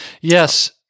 yes